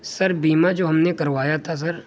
سر بیمہ جو ہم نے کروایا تھا سر